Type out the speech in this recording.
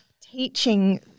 teaching